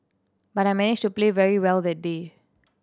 but I managed to play very well that day